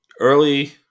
early